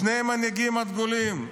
שני המנהיגים הדגולים,